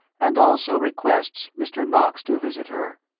and also requests mr. knox to visit her.